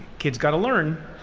kid's got to learn.